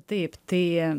taip tai